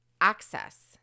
access